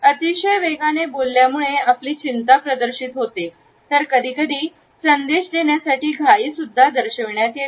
अतिशय वेगाने बोलल्यामुळे आपली चिंता प्रदर्शित होते तर कधीकधी संदेश देण्यासाठी घाई सुद्धा दर्शविते